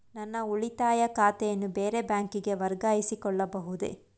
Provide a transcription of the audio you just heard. ನನ್ನ ಉಳಿತಾಯ ಖಾತೆಯನ್ನು ಬೇರೆ ಬ್ಯಾಂಕಿಗೆ ವರ್ಗಾಯಿಸಿಕೊಳ್ಳಬಹುದೇ?